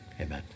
Amen